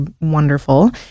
wonderful